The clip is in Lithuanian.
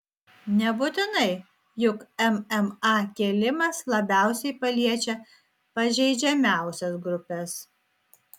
nebūtinai juk mma kėlimas labiausiai paliečia pažeidžiamiausias grupes